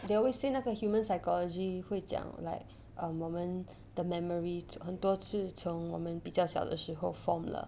they always say 那个 human psychology 会讲 like um 我们的 memory 很多自从我们比较小的时候 form 了